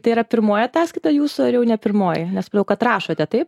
tai yra pirmoji ataskaita jūsų ar jau ne pirmoji nes supratau kad rašote taip